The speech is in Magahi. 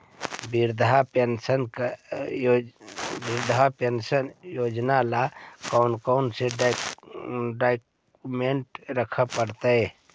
वृद्धा पेंसन योजना ल कोन कोन डाउकमेंट रखे पड़तै?